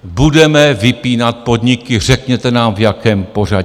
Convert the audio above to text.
Budeme vypínat podniky, řekněte nám, v jakém pořadí.